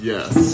Yes